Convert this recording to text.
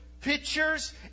pictures